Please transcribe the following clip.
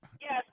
Yes